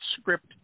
script